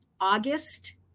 August